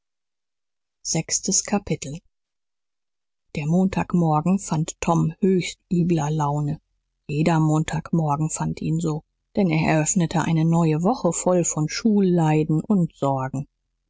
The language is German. sechstes kapitel der montagmorgen fand tom höchst übler laune jeder montagmorgen fand ihn so denn er eröffnete eine neue woche voll von schul leiden und sorgen